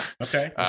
Okay